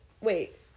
Wait